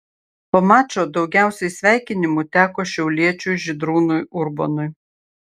po mačo daugiausiai sveikinimų teko šiauliečiui žydrūnui urbonui